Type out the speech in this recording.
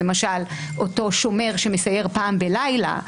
למשל אותו שומר שמסייר פעם בלילה,